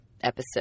episode